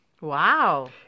Wow